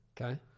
Okay